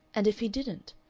and if he didn't,